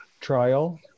trial